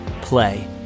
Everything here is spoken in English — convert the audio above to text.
play